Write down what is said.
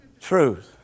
Truth